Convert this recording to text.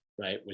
right